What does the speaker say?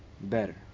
better